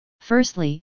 Firstly